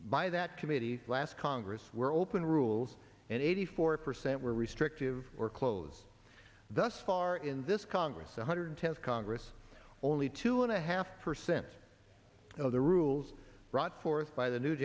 by that committee last congress were open rules and eighty four percent were restrictive or close thus far in this congress one hundred tenth congress only two and a half percent of the rules brought forth by the new